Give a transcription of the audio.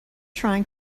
trying